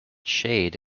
shade